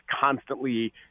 constantly